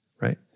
right